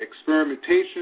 experimentation